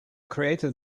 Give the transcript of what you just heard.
created